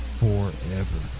forever